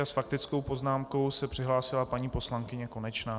S faktickou poznámkou se přihlásila paní poslankyně Konečná.